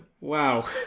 Wow